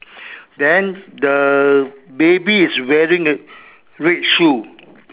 then the baby is wearing red shoe